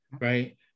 right